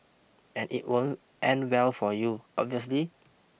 and it won't end well for you obviously